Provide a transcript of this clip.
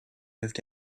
moved